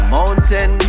Mountain